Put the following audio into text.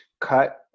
cut